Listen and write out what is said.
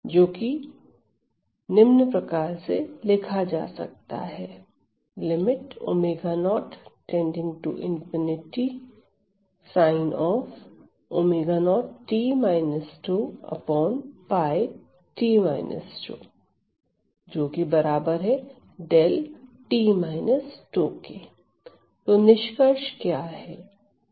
जो कि निम्न प्रकार से लिखा जा सकता है तो निष्कर्ष क्या है